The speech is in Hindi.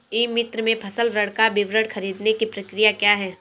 ई मित्र से फसल ऋण का विवरण ख़रीदने की प्रक्रिया क्या है?